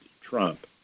Trump